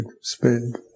spend